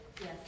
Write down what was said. Yes